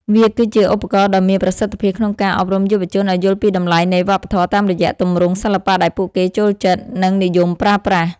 វាគឺជាឧបករណ៍ដ៏មានប្រសិទ្ធភាពក្នុងការអប់រំយុវជនឱ្យយល់ពីតម្លៃនៃវប្បធម៌ តាមរយៈទម្រង់សិល្បៈដែលពួកគេចូលចិត្ត និងនិយមប្រើប្រាស់។